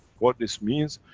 what this means,